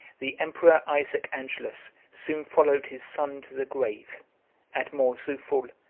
the emperor isaac angelus soon followed his son to the grave and mourzoufle,